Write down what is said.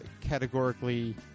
categorically